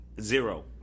Zero